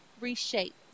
reshape